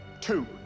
two